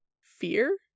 fear